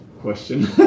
question